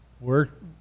work